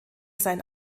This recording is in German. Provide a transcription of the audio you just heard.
sein